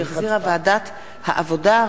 שהחזירה ועדת העבודה,